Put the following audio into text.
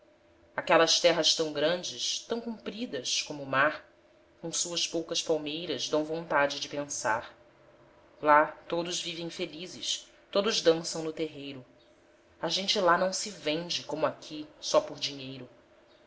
aquelas terras tão grandes tão compridas como o mar com suas poucas palmeiras dão vontade de pensar lá todos vivem felizes todos dançam no terreiro a gente lá não se vende como aqui só por dinheiro